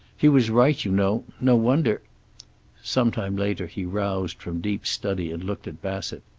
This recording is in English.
he was right, you know. no wonder sometime later he roused from deep study and looked at bassett.